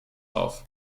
auf